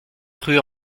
rue